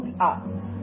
up